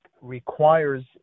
requires